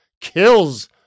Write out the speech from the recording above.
kills